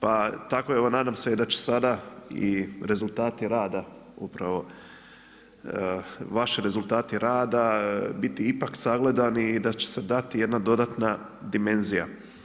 Pa tako, evo nadam se i da će sada i rezultati rada upravo, vaši rezultati rada biti ipak sagledani i da će se dati jedna dodatna dimenzija.